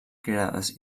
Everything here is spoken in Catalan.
creades